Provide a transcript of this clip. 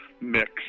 mix